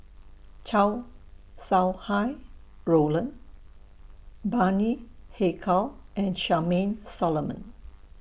Chow Sau Hai Roland Bani Haykal and Charmaine Solomon